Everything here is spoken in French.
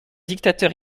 dictateur